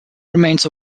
remains